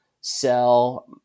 sell